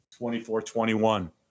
24-21